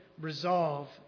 resolve